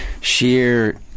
sheer